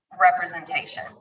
representation